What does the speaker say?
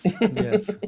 yes